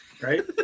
Right